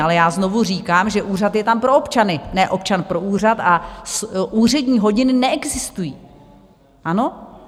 Ale já znovu říkám, že úřad je tam pro občany, ne občan pro úřad, a úřední hodiny neexistují, ano?